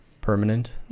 permanent